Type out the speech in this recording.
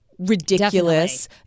Ridiculous